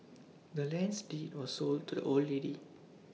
the land's deed was sold to the old lady